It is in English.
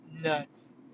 nuts